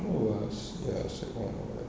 what was their second one or what